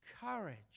courage